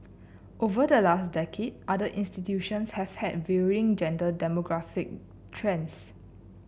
over the last decade other institutions have had varying gender demographic trends